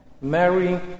Mary